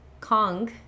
Kong